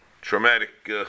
traumatic